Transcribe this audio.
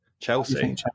Chelsea